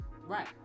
Right